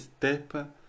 step